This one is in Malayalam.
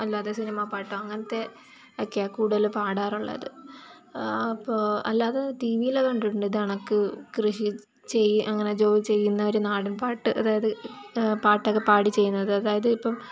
അല്ലാതെ സിനിമ പാട്ടോ അങ്ങനെത്തെ ഒക്കെയാണ് കൂടുതലും പാടാറുള്ളത് അപ്പോൾ അല്ലാതെ ടി വിയിൽ കണ്ടിട്ടുണ്ട് ഇതേ കണക്ക് കൃഷി ചെ അങ്ങനെ ജോലി ചെയ്യുന്നവർ നാടൻപാട്ട് അതായത് പാട്ടൊക്കെ പാടി ചെയ്യുന്നത് അതായതിപ്പോൾ